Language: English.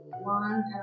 One